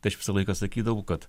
tai aš visą laiką sakydavau kad